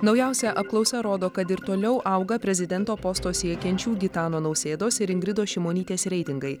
naujausia apklausa rodo kad ir toliau auga prezidento posto siekiančių gitano nausėdos ir ingridos šimonytės reitingai